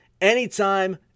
anytime